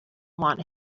want